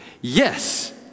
Yes